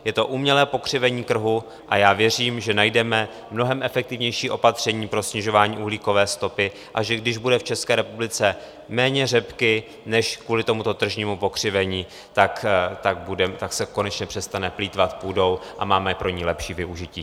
Je to umělé pokřivení trhu a já věřím, že najdeme mnohem efektivnější opatření pro snižování uhlíkové stopy, a že když bude v České republice méně řepky než kvůli tomuto tržnímu pokřivení, tak se konečně přestane plýtvat půdou a máme pro ni lepší využití.